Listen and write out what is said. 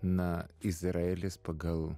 na izraelis pagal